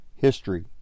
history